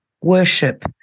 worship